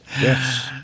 Yes